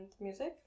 music